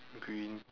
green